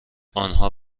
آنها